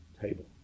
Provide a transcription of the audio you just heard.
table